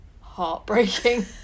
heartbreaking